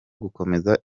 gukomeza